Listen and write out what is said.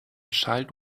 child